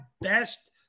best